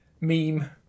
meme